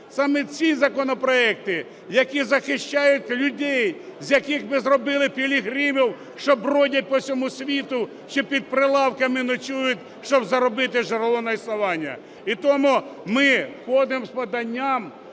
Саме ці законопроекти, які захищають людей, з яких ви зробили пілігримів, що бродять по всьому світу, що під прилавками ночують, щоб заробити джерело на існування. І тому ми входимо з поданням